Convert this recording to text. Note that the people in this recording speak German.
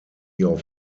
your